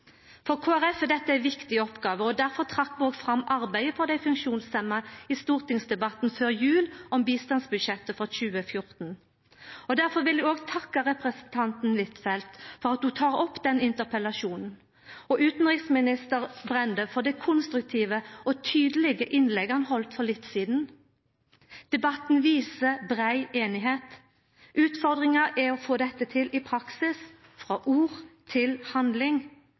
For Kristeleg Folkeparti er dette ei viktig oppgåve, og difor trakk vi òg fram arbeidet for dei funksjonshemma i stortingsdebatten før jul om bistandsbudsjettet for 2014. Difor vil eg òg takka representanten Huitfeldt for at ho tek opp denne interpellasjonen, og utanriksminister Brende for det konstruktive og tydelege innlegget han heldt for litt sidan. Debatten viser brei semje. Utfordringa er å få dette til i praksis frå ord til handling.